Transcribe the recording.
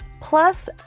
plus